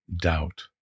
doubt